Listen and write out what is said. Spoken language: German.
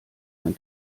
ein